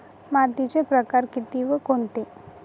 मातीचे प्रकार किती व कोणते?